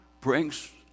brings